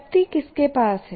शक्ति किसके पास है